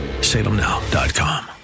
salemnow.com